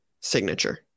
signature